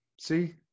see